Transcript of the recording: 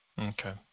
Okay